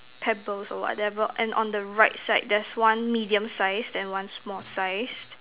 pebbles or whatever and on the right side there's one medium size and one small size